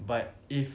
but if